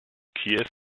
kiew